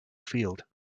field